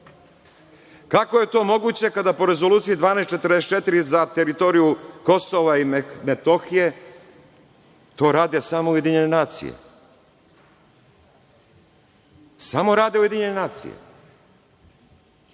Kako je to moguće kada po Rezoluciji 1244 za teritoriju Kosova i Metohije to rade samo Ujedinjene nacije? Samo rade Ujedinjene nacije. To